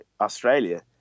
australia